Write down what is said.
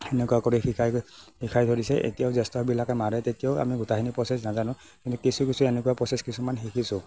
সেনেকুৱা কৰি শিকাই শিকাই ধৰিছে এতিয়াও জ্যেষ্ঠবিলাকে মাৰে তেতিয়াও আমি গোটাইখিনি প্ৰচেছ নাজানোঁ কিন্তু কিছু কিছু এনেকুৱা প্ৰচেছ কিছুমান শিকিছোঁ